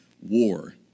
war